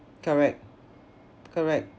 correct correct